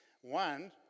One